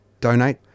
donate